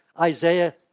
Isaiah